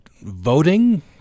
voting